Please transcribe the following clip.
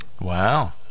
Wow